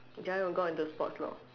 Jia-Yun got in to sports lor